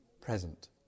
present